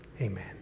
amen